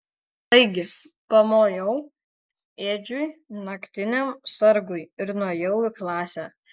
taigi pamojau edžiui naktiniam sargui ir nuėjau į klasę